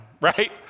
right